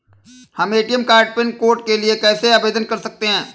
हम ATM pin code के लिए कैसे आवेदन कर सकते हैं?